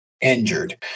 injured